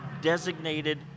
designated